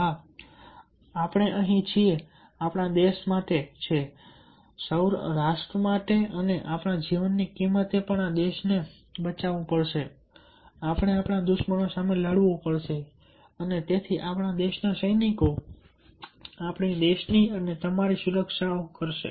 હા આપણે અહીં છીએ આપણા દેશ માટે રાષ્ટ્ર માટે અને આપણા જીવનની કિંમતે પણ આપણે દેશ ને બચાવવું પડશે આપણે આપણા દુશ્મનો સામેં લડવું પડશે અને તેથી આપણા દેશના સૈનિકો આપણા દેશની અને તમારી સુરક્ષા તેઓ કરશે